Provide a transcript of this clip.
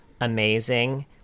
amazing